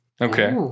Okay